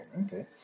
okay